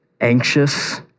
anxious